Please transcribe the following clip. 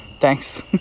Thanks